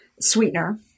sweetener